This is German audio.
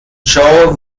joe